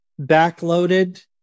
backloaded